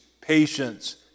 patience